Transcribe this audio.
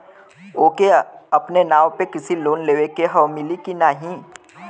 ओके अपने नाव पे कृषि लोन लेवे के हव मिली की ना ही?